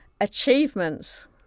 achievements